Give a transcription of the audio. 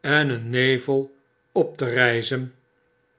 en een nevel op te ryzen